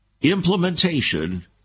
implementation